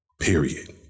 Period